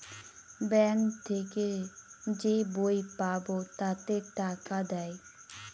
bank থেকে যে বই পাবো তাতে টাকা দেয়